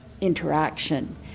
interaction